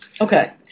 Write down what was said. Okay